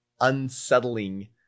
unsettling